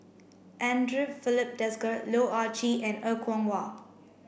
Andre Filipe Desker Loh Ah Chee and Er Kwong Wah